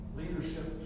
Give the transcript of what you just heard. leadership